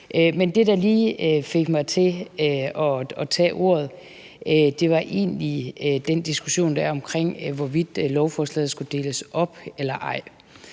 det, der lige fik mig til at tage ordet, var egentlig den diskussion, der er omkring, hvorvidt lovforslaget skulle deles op eller ej.